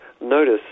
notice